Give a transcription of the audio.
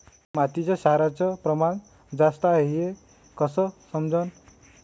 मातीत क्षाराचं प्रमान जास्त हाये हे कस समजन?